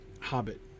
Hobbit